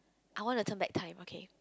I want to turn back time okay